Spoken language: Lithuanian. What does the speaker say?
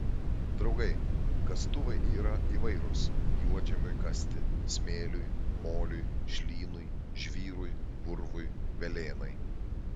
draugai kastuvai yra įvairūs juodžemiui kasti smėliui moliui šlynui žvyrui purvui velėnai